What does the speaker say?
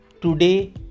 today